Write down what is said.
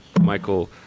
Michael